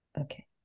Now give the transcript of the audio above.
Okay